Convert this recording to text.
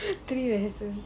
three history